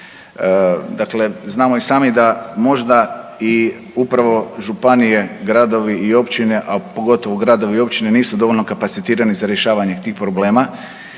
Dakle, znamo i sami da možda i upravo županije, gradovi i općine, a pogotovo gradovi i općine nisu dovoljno kapacitirani za rješavanje tih problema